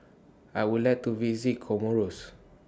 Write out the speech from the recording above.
I Would like to visit Comoros